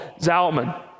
Zalman